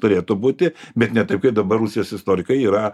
turėtų būti bet ne taip kaip daba rusijos istorikai yra